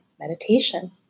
meditation